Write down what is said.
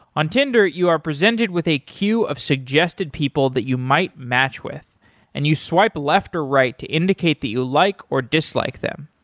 on tinder you are presented with a queue of suggested people that you might match with and you swipe left or right to indicate that you like or dislike them.